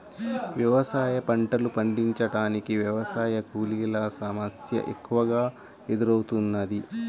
వ్యవసాయ పంటలు పండించటానికి వ్యవసాయ కూలీల సమస్య ఎక్కువగా ఎదురౌతున్నది